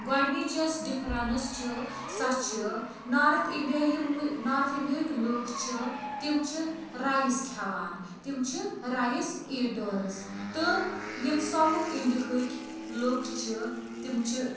گۄڈنِچ یۅس ڈِفرنَس چھِ سۄ چھِ نارتھ اِنڈیا یِمہٕ نارتھ اِنڈیاہِکۍ لُکھ چھِ تِم چھِ رایِس کھیٚوان تِم چھِ رایِس ایٖٹٲرٕس تہٕ یِم ساوُتھ اِنڈیاہِکۍ لُکھ چھِ تِم چھِ